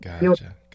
Gotcha